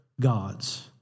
gods